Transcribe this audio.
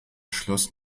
schloss